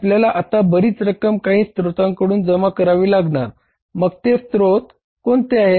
आपल्याला आता बरीच रक्कम काही स्त्रोताकडून जमा करावी लागणार मग ते स्त्रोत कोणते आहे